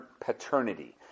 paternity